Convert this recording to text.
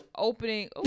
opening